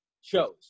shows